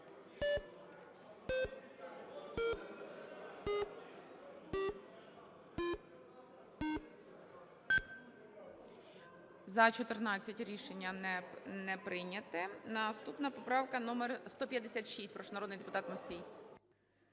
За-14 Рішення не прийнято. Наступна поправка - номер 156. Прошу, народний депутат Мусій.